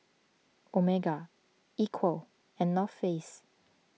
Omega Equal and North Face